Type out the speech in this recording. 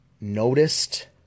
noticed